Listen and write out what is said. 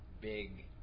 big